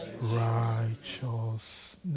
righteousness